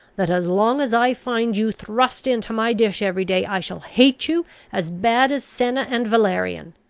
that as long as i find you thrust into my dish every day i shall hate you as bad as senna and valerian.